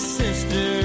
sister